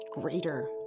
greater